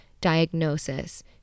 diagnosis